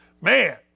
Man